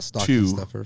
two